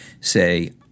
say